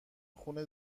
خون